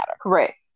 correct